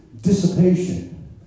dissipation